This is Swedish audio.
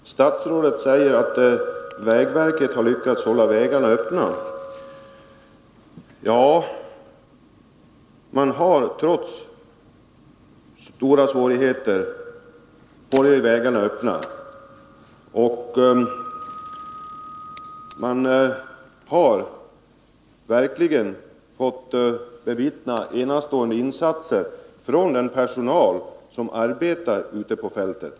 Herr talman! Statsrådet säger att vägverket har lyckats hålla vägarna öppna. Ja, det har trots stora svårigheter hållit vägarna öppna, och vi har verkligen fått bevittna enastående insatser från den personal som arbetar ute på fältet.